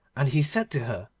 and he said to her,